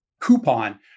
coupon